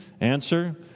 Answer